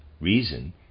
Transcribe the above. Reason